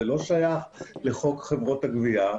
זה לא שייך לחוק חברות הגבייה.